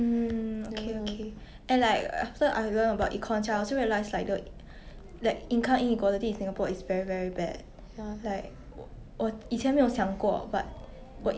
mm mm